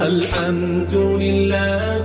Alhamdulillah